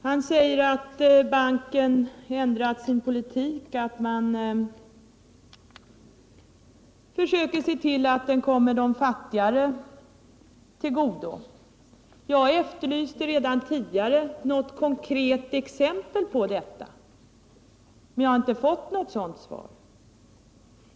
Herr talman! David Wirmark försöker skyla över de illdåd som Världsbanksgruppen gjort sig skyldig till. Han säger att banken ändrat sin politik och att man försöker se till att lånen kommer de fattigare till godo. Jag har redan efterlyst något konkret exempel på detta, men jag har inte fått något sådant.